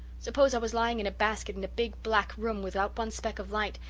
suppose i was lying in a basket in a big, black room, without one speck of light,